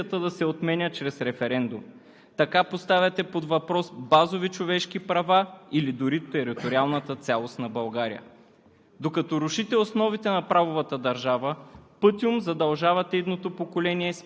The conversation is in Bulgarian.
В Преходните и заключителните разпоредби между две четения предложихте Конституцията да се отменя чрез референдум. Така поставяте под въпрос базови човешки права или дори териториалната цялост на България.